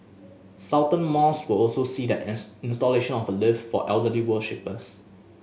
Sultan Mosque will also see the installation of a lift for elderly worshippers